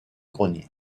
grenier